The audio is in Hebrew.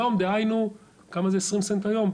דהיינו, כמה זה 20 סנט היום?